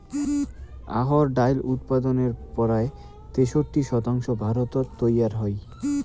অহর ডাইল উৎপাদনের পরায় তেষট্টি শতাংশ ভারতত তৈয়ার হই